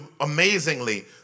amazingly